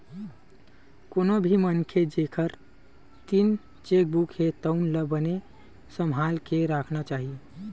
कोनो भी मनखे जेखर तीर चेकबूक हे तउन ला बने सम्हाल के राखना चाही